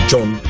John